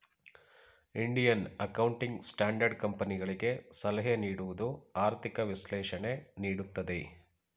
Indian accounting standard ಕಂಪನಿಗಳಿಗೆ ಸಲಹೆ ನೀಡುವುದು, ಆರ್ಥಿಕ ವಿಶ್ಲೇಷಣೆ ನೀಡುತ್ತದೆ